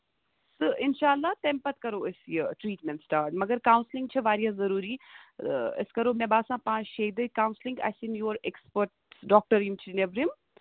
تہٕ اِنشاء للہ تَمہِ پَتہٕ کرو أسۍ یہِ ٹریٖٹمینٹ سِٹارٹ مَگر کونسِلنِگ چھِ واریاہ ضروٗری أسۍ کرو مےٚ باسان پانژھِ شیٚیہِ دُہۍ کونسِلِنگ اَسہِ یِنۍ یور ایٚکٕسپٲٹ ڈاکٹر یِم چھِ نٮ۪برم